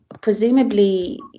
Presumably